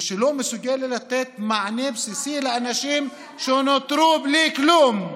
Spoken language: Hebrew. ושלא מסוגלת לתת מענה בסיסי לאנשים שנותרו בלי כלום.